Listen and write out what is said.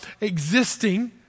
existing